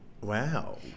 Wow